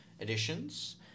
editions